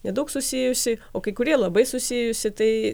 nedaug susijusį o kai kurie labai susijusį tai